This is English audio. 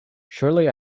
shortly